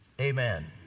Amen